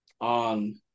on